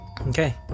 Okay